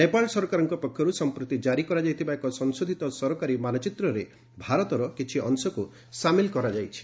ନେପାଳ ସରକାରଙ୍କ ପକ୍ଷରୁ ସଂପ୍ରତି ଜାରି କରାଯାଇଥିବା ଏକ ସଂଶୋଧିତ ସରକାରୀ ମାନଚିତ୍ରରେ ଭାରତର କିଛି ଅଂଶକୁ ସାମିଲ କରାଯାଇଛି